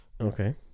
okay